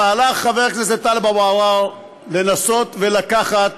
המהלך, חבר הכנסת טלב אבו עראר, לנסות לקחת